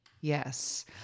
Yes